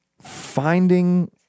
finding